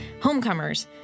homecomers